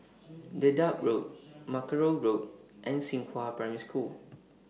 Dedap Road Mackerrow Road and Xinghua Primary School